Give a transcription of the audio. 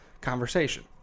conversation